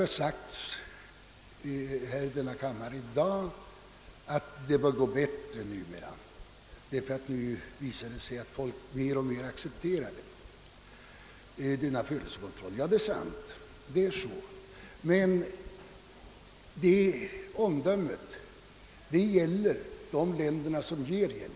Det har sagts i denna kammare i dag att det numera bör gå bättre att införa födelsekontroll, därför att folk mer och mer börjar acceptera den. Det är sant. Men detta omdöme gäller de länder som ger hjälpen.